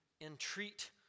entreat